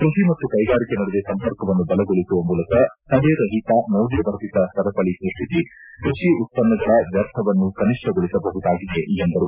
ಕ್ಕಷಿ ಮತ್ತು ಕ್ಲೆಗಾರಿಕೆ ನಡುವೆ ಸಂಪರ್ಕವನ್ನು ಬಲಗೊಳಿಸುವ ಮೂಲಕ ತಡೆರಹಿತ ಮೌಲ್ಲವರ್ಧಿತ ಸರಪಳಿ ಸ್ಕಷ್ಷಿಸಿ ಕೃಷಿ ಉತ್ಪನ್ನಗಳ ವ್ಯರ್ಥವನ್ನು ಕನಿಷ್ಠಗೊಳಿಸಬಹುದಾಗಿದೆ ಎಂದರು